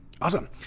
Awesome